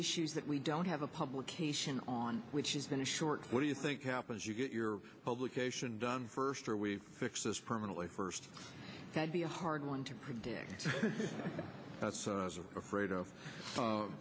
issues that we don't have a publication on which isn't a short what do you think happens you get your publication done first or we fix this permanently first i'd be a hard one to predict that's afraid of